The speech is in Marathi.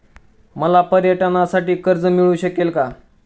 मला पर्यटनासाठी कर्ज मिळू शकेल का?